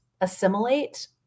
assimilate